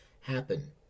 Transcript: happen